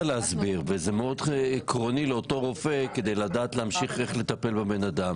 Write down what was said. להסביר וזה מאוד עקרוני לאותו רופא לדעת כדי לבוא עם המידע.